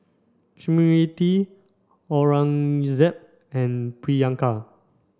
Smriti Aurangzeb and Priyanka